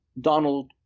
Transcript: Donald